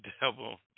devil